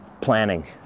Planning